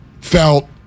felt